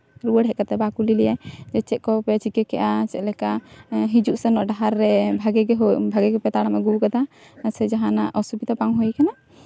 ᱨᱩᱣᱟᱹᱲ ᱦᱮᱡ ᱠᱟᱛᱮ ᱵᱟᱵᱟ ᱠᱩᱞᱤ ᱞᱮᱭᱟᱭ ᱪᱮᱫ ᱠᱚᱯᱮ ᱪᱤᱠᱟᱹ ᱠᱮᱜᱼᱟ ᱪᱮᱫ ᱞᱮᱠᱟ ᱦᱤᱡᱩᱜ ᱥᱮᱱᱚᱜ ᱰᱟᱦᱟᱨ ᱨᱮ ᱵᱷᱟᱹᱜᱤ ᱜᱮᱯᱮ ᱛᱟᱲᱟᱢ ᱟᱹᱜᱩ ᱠᱟᱫᱟ ᱥᱮ ᱡᱟᱦᱟᱱᱟᱜ ᱚᱥᱩᱵᱤᱫᱷᱟ ᱵᱟᱝ ᱦᱩᱭ ᱠᱟᱱᱟ